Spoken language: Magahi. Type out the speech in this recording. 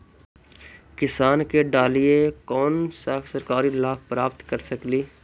किसान के डालीय कोन सा सरकरी लाभ प्राप्त कर सकली?